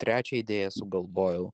trečią idėją sugalvojau